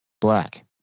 black